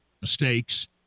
mistakes